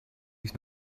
ich